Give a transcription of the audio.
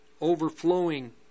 overflowing